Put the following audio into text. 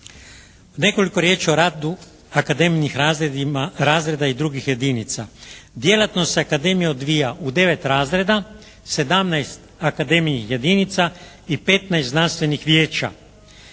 Nekoliko riječi o radu Akademijinih razreda i drugih jedinica. Djelatnost Akademije odvija u 9 razreda, 17 Akademijinih jedinica i 15 znanstvenih vijeća.